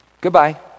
Goodbye